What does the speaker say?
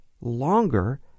longer